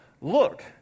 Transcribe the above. Look